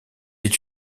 est